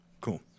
Cool